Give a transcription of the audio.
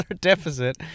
deficit